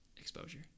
exposure